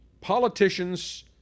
politicians